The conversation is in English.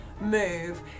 move